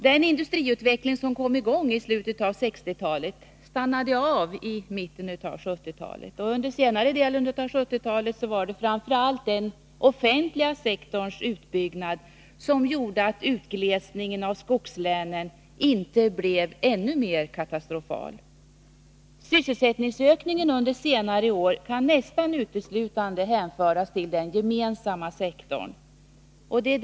Den industriutveckling som kom i gång i slutet av 1960-talet stannade av i mitten på 1970-talet, och under senare delen av 1970-talet var det framför allt den offentliga sektorns utbyggnad som gjorde att utglesningen av skogslänen inte blev ännu mer katastrofal. Sysselsättningsökningen under senare år kan nästan uteslutande hänföras till den gemensamma sektorn, vilket är bra.